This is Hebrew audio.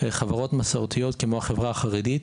חברות מסורתיות כמו החברה החרדית,